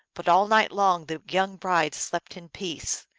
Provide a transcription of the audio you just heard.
but all night long the young bride slept in peace,